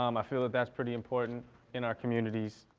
um i feel that that's pretty important in our communities.